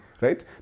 Right